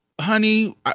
honey